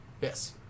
Yes